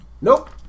Nope